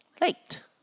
late